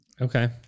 Okay